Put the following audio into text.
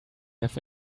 have